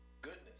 goodness